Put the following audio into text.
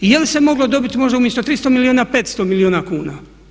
I jel' se moglo dobiti možda umjesto 300 milijuna 500 milijuna kuna?